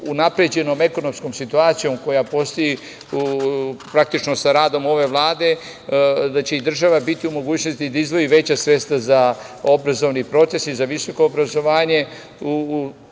unapređenom ekonomskom situacijom koja postoji, praktično sa radom ove Vlade, i država biti u mogućnosti da izdvoji veća sredstva za obrazovni proces i za visoko obrazovanje u